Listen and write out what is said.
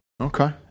Okay